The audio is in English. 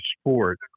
sport